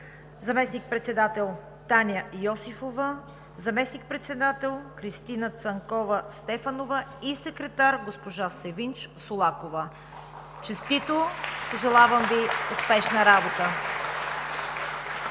заместник-председател Таня Йосифова; заместник-председател Кристина Цанкова Стефанова и секретар госпожа Севинч Солакова. (Ръкопляскания.) Честито! Пожелавам Ви успешна работа!